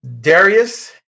Darius